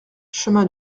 chemin